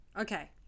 Okay